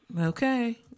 Okay